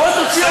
תוציא אותו.